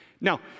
Now